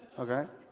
okay.